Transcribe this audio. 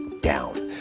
down